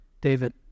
David